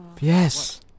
Yes